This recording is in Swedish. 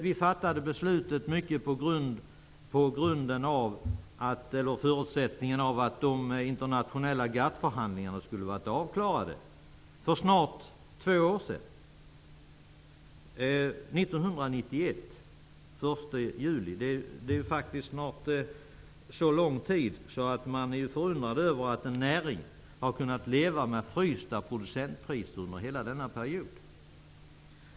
Vi menar att beslutet i mycket fattades under den förutsättningen att de internationella GATT-förhandlingarna skulle ha blivit slutförda till för drygt två år sedan, nämligen den 1 juli 1991. Den tid som har gått sedan dess är så lång att man är förundrad över att en näring har kunnat leva med frysta producentpriser under hela denna period.